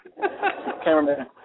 Cameraman